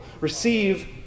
receive